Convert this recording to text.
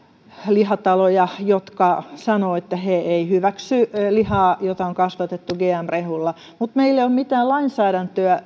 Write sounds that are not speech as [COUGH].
lihataloja jotka sanovat että he eivät hyväksy lihaa jota on kasvatettu gm rehulla mutta meillä ei ole mitään lainsäädäntöä [UNINTELLIGIBLE]